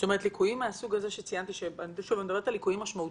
אני מדברת על ליקויים משמעותיים,